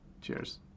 Cheers